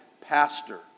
pastor